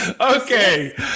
Okay